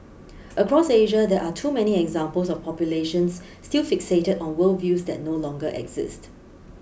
across Asia there are too many examples of populations still fixated on worldviews that no longer exist